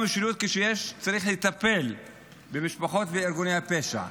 אפילו המשילות כשצריך לטפל במשפחות ובארגוני הפשע?